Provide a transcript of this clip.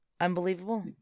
Unbelievable